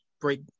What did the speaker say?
break